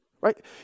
right